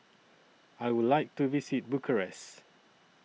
I Would like to visit Bucharest